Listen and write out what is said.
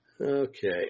Okay